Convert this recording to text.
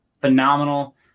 phenomenal